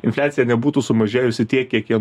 infliacija nebūtų sumažėjusi tiek kiek jie